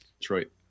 Detroit